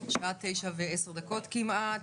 השעה 09:10 כמעט.